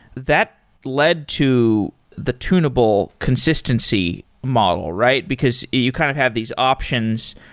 that led to the tunable consistency model, right? because you kind of have these options,